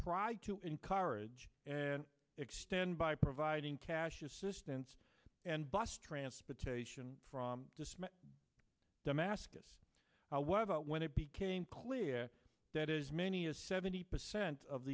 tried to encourage and extend by providing cash assistance and bus transportation from damascus what about when it became clear that as many as seventy percent of